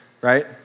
right